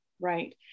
Right